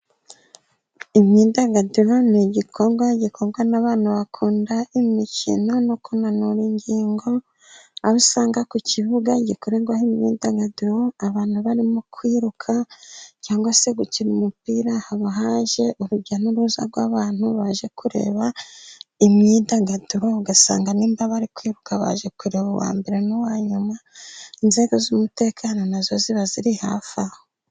Imyidagaduro ni igikorwa gikorwa n' abana bakunda imikino no kunanura ingingo aho usanga ku kibuga gikorerwaho imyidagaduro abantu barimo kwiruka cyangwa se gukina umupira haba haje urujya n'uruza rw'abantu baje kureba imyidagaduro ugasanga n'imbabare kwiruka baje kureba uwa mbere n'uwa nyuma inzego z'umutekano nazo ziba ziri hafi